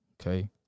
Okay